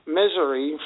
misery